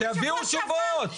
שיביאו תשובות.